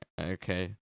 okay